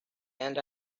and